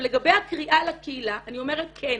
לגבי הקריאה לקהילה, אני אומרת כן,